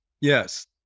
Yes